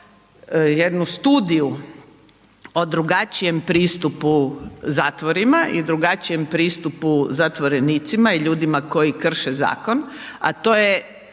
jednu studiju od drugačije pristupu zatvorima i drugačijem pristupu zatvorenicima i ljudima koji krše zakon a to je